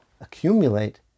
accumulate